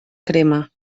crema